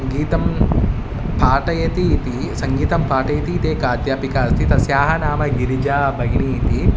गीतं पाठयति इति सङ्गीतं पाठयति ते का अध्यापिका अस्ति तस्याः नाम गिरिजा भगिनिः इति